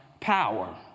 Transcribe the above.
power